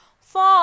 Four